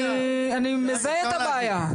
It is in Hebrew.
אני מזהה את הבעיה.